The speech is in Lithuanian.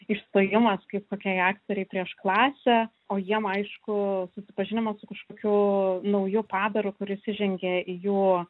išstojimas kaip kokiai aktorei prieš klasę o jiem aišku susipažinimas su kažkokiu nauju padaru kuris įžengė į jų